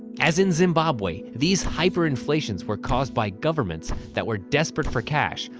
as in zimbabwe, these hyperinflations were caused by governments that were desperate for cash,